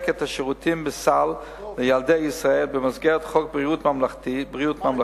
את השירותים שבסל לילדי ישראל במסגרת חוק ביטוח בריאות ממלכתי.